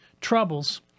troubles